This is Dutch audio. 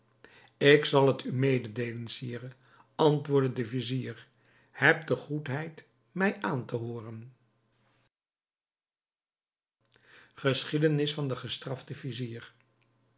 ik zal het u mededeelen sire antwoordde de vizier heb de goedheid mij aan te hooren geschiedenis van den gestraften vizier